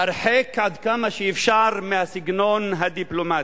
הרחק עד כמה שאפשר מהסגנון הדיפלומטי.